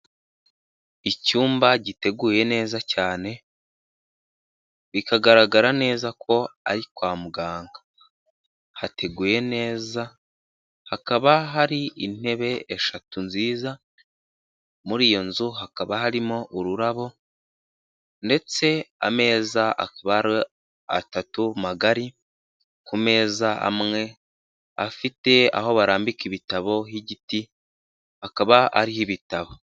Icyumba giteguye neza cyane bikagaragara neza ko ari kwa muganga hateguye neza, hakaba har’intebe eshatu nziza, mur’iyo nzu hakaba harimo ururabo ndetse n’ameza atatu magari. Ku meza amwe afite aho barambika ibitabo y'igiti, akaba ariho ibitabo.